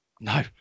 No